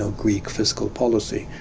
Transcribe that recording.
so greek fiscal policy.